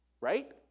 right